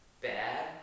bad